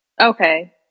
Okay